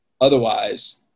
Otherwise